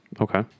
Okay